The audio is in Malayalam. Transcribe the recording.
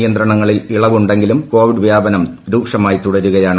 നിയന്ത്രണങ്ങളിൽ ഇളവ് ഉണ്ടെങ്കിലും കോവിഡ് വ്യാപനം രൂക്ഷമായി തുടരുകയാണ്